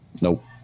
Nope